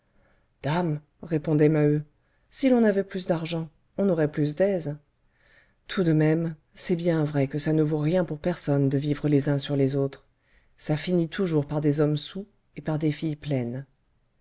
dame répondait maheu si l'on avait plus d'argent on aurait plus d'aise tout de même c'est bien vrai que ça ne vaut rien pour personne de vivre les uns sur les autres ça finit toujours par des hommes saouls et par des filles pleines